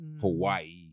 Hawaii